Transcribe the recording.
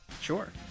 Sure